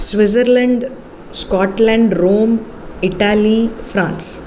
Switzerland Scotland Rome Italy France